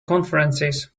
conferences